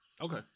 Okay